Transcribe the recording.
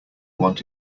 want